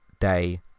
day